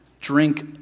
drink